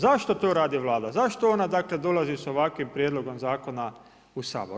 Zašto to radi Vlada, zašto ona dakle dolazi sa ovakvim prijedlogom Zakona u Sabor?